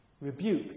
rebuke